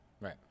right